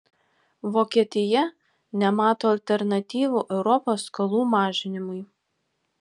vokietija nemato alternatyvų europos skolų mažinimui